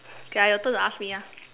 okay ah your turn to ask me ah